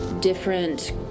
different